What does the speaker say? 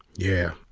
yeah.